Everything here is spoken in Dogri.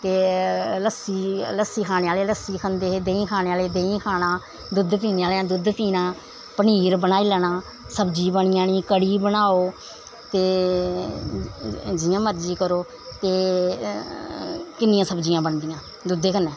ते लस्सी लस्सी खाने आह्ले लस्सी खंदे हे देहीं खाने आह्ले देहीं खाना दुद्ध पीने आह्लें दुद्ध पीना पनीर बनाई लैना सब्जी बनी जानी कढ़ी बनाओ ते जियां मर्जी करो ते किन्नियां सब्जियां बनदियां दुद्धै कन्नै